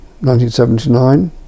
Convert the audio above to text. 1979